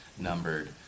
numbered